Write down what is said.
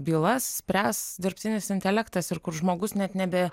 bylas spręs dirbtinis intelektas ir kur žmogus net nebe